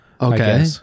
okay